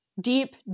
deep